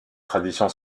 tradition